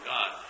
God